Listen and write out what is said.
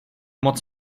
moc